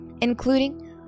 including